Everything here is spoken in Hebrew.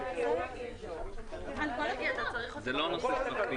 צריך להשתנות.